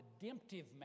redemptive